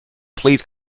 please